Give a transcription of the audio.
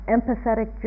Empathetic